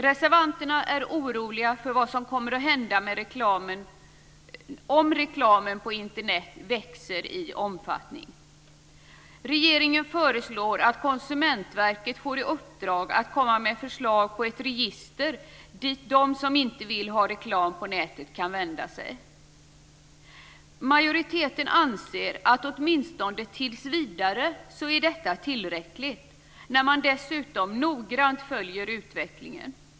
Reservanterna är oroliga för vad som kommer att hända om reklamen på Internet växer i omfattning. Regeringen föreslår att Konsumentverket får i uppdrag att komma med förslag på ett register dit de som inte vill ha reklam på nätet kan vända sig. Majoriteten anser att åtminstone tills vidare är detta tillräckligt. Man följer noggrant utvecklingen.